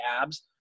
abs